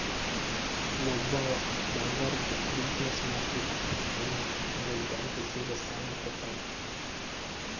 ಒಬ್ಬವ್ ಬಂಗಾರ್ದು ಬಿಸಿನ್ನೆಸ್ ಮಾಡ್ತಿದ್ದ ಅವ್ನಿಗ ಎರಡು ಬ್ಯಾಂಕ್ ಸೇರಿ ಸಾಲಾ ಕೊಟ್ಟಾರ್